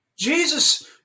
Jesus